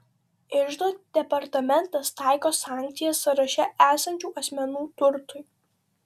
iždo departamentas taiko sankcijas sąraše esančių asmenų turtui